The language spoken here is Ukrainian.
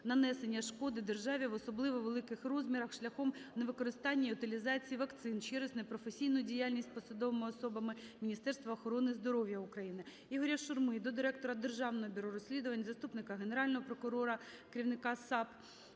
нанесення шкоди державі в особливо великих розмірах шляхом невикористання й утилізації вакцин через непрофесійну діяльність посадовими особами Міністерства охорони здоров`я України. Ігоря Шурми до директора Державного бюро розслідувань, заступника Генерального прокурора - керівника САП